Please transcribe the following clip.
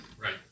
Right